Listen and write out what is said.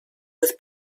with